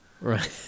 Right